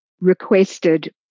requested